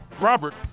Robert